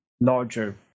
larger